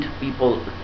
people